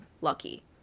lucky